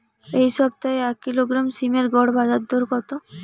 এই সপ্তাহে এক কিলোগ্রাম সীম এর গড় বাজার দর কত?